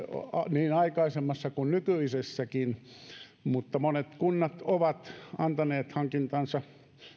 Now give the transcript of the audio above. niin aikaisemmassa kuin nykyisessäkin mutta monet kunnat ovat antaneet hankintansa